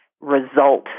result